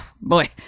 boy